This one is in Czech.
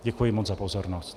Děkuji moc za pozornost.